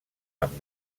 amb